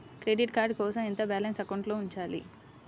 Credit card కోసం ఎంత balance అకౌంట్లో ఉంచాలి?